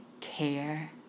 care